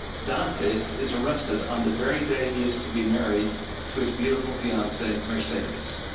dantes is arrested on the very day he is to be married to his beautiful fiancee, mercedes.